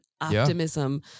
optimism